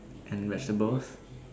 and vegetables